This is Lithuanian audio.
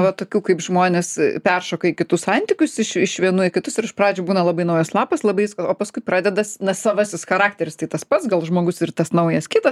va tokių kaip žmonės peršoka į kitus santykius iš iš vienų į kitus ir iš pradžių būna labai naujas lapas labai sa o paskui pradedas na savasis charakteris tai tas pats gal žmogus ir tas naujas kitas